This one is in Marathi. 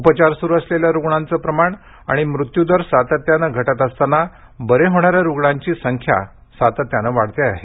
उपचार सुरू सलेल्या रुग्णांचं प्रमाण आणि मृत्यू दर सातत्यानं घटत असताना बरे होणाऱ्या रुग्णांची संख्या सातत्यानं वाढते आहे